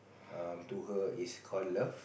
err to her is call love